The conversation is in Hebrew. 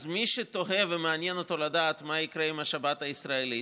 אז מי שתוהה ומעניין אותו לדעת מה יקרה עם השבת הישראלית,